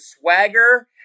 swagger